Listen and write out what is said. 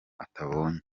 atabonye